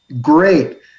great